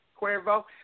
Cuervo